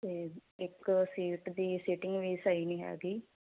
ਤੇ ਇੱਕ ਸੀਟ ਦੀ ਸੀਟਿੰਗ ਵੀ ਸਹੀ ਨਹੀਂ ਹੈਗੀ